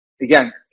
Again